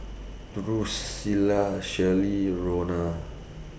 Drusilla Shirley Rona